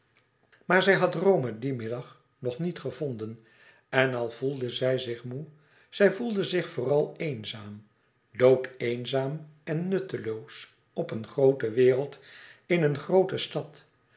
maar zij had rome dien middag nog niet gevonden en al voelde zij zich moê zij voelde zich vooral eenzaam doodeenzaam en nutteloos op een groote wereld in een groote stad